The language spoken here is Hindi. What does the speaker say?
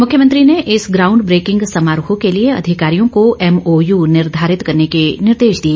मुख्यमंत्री ने इस ग्राउंड ब्रेकिंग समारोह के लिए अधिकारियों को एमओयू निर्धारित करने के निर्देश दिए